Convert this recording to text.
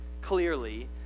clearly